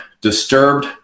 disturbed